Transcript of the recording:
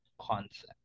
concept